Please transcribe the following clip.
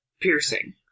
Piercing